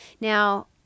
Now